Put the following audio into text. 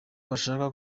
bashaka